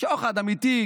שוחד אמיתי,